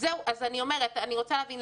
אני רוצה להבין,